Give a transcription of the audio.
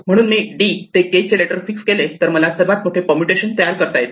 म्हणून मी D ते K लेटर फिक्स केले तर मला सर्वात मोठे परमुटेशन तयार करता येते